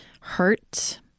hurt